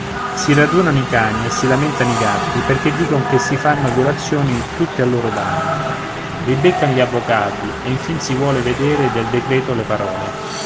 si radunano i cani e si lamentano i gatti perché dicon che si fanno violazioni tutte a loro danno ribeccan gli avvocati e infin si vuole vedere del decreto le parole